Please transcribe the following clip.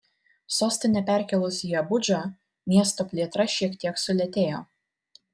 sostinę perkėlus į abudžą miesto plėtra šiek tiek sulėtėjo